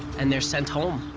and they're sent home.